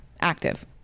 Active